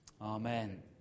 Amen